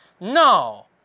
No